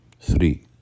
Three